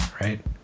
right